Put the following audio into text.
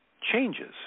changes